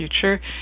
future